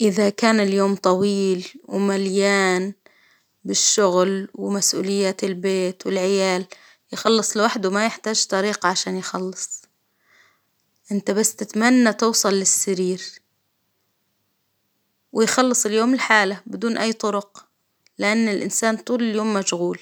إذا كان اليوم طويل ومليان بالشغل ومسؤوليات البيت والعيال يخلص لوحده ما يحتاج طريق عشان يخلص، إنت بس تتمنى توصل للسرير، ويخلص اليوم لحاله بدون أي طرق، لإن الإنسان طول اليوم مشغول.